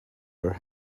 your